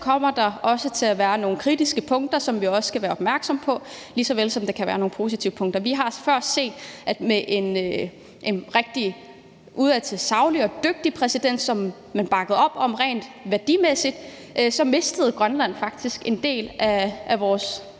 kommer til at være nogle kritiske punkter, som vi også skal være opmærksomme på, lige såvel som der også kan være nogle positive punkter. Vi har før set, at vi med en udadtil rigtig saglig og dygtig præsident, som man rent værdimæssigt bakkede op om, så faktisk i Grønland mistede en del af vores